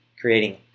creating